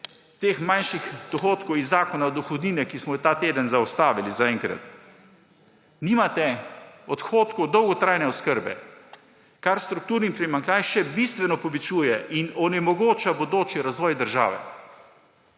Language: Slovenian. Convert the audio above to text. manjših dohodkov iz Zakona o dohodnini. Tega smo ta teden zaenkrat zaustavili. Nimate odhodkov dolgotrajne oskrbe, kar strukturni primanjkljaj še bistveno povečuje in onemogoča bodoči razvoj države.